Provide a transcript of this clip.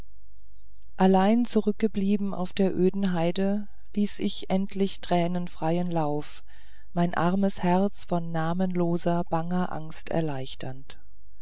allein zurückgeblieben auf der öden heide ließ ich unendlichen tränen freien lauf mein armes herz von namenloser banger last erleichternd